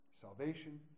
Salvation